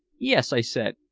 yes, i said.